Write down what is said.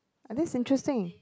are these interesting